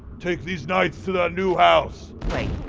take these knights to their new house wait.